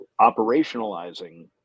operationalizing